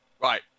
right